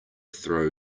throw